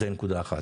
זה נקודה אחת.